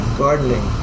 gardening